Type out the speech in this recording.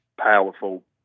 powerful